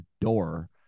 door